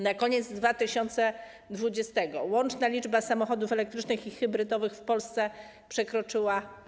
Na koniec 2020 r. łączna liczba samochodów elektrycznych i hybrydowych w Polsce przekroczyła.